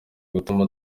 gutuma